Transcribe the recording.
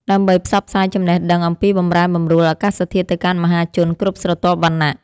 ដើម្បីផ្សព្វផ្សាយចំណេះដឹងអំពីបម្រែបម្រួលអាកាសធាតុទៅកាន់មហាជនគ្រប់ស្រទាប់វណ្ណៈ។